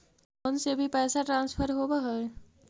Phone से भी पैसा ट्रांसफर होवहै?